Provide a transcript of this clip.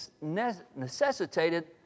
necessitated